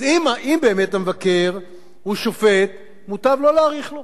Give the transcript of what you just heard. אז אם באמת המבקר הוא שופט, מוטב לא להאריך לו.